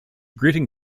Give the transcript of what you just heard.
greeting